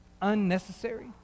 unnecessary